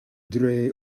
dre